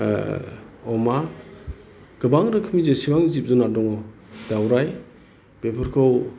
अमा गोबां रोखोमनि जेसेबां जिब जुनार दङ दावराइ बेफोरखौ